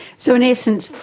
so, in essence,